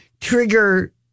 Trigger